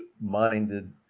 minded